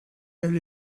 elle